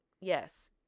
yes